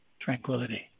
tranquility